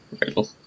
Riddle